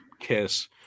Kiss